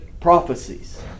prophecies